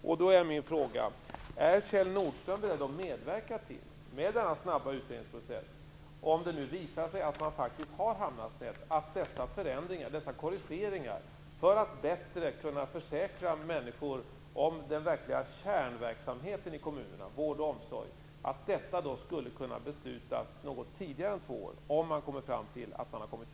Om det nu med denna snabba utredningsprocess visar sig att man faktiskt har hamnat fel, är då Kjell Nordström beredd att medverka till att dessa korrigeringar kommer till stånd något tidigare än efter två år - detta för att kunna försäkra människor om den verkliga kärnverksamheten i kommunerna, vård och omsorg?